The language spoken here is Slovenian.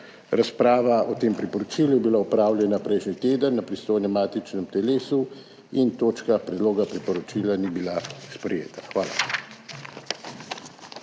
Razprava o tem priporočilu je bila opravljena prejšnji teden na pristojnem matičnem telesu in točka predloga priporočila ni bila sprejeta. Hvala.